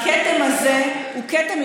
הכתם הזה הוא כתם,